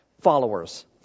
followers